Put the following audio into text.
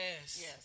yes